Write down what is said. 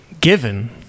given